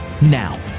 Now